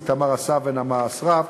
איתמר אסף ונעמה אסרף,